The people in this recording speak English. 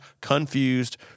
confused